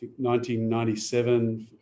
1997